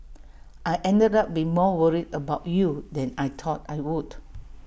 I ended up being more worried about you than I thought I would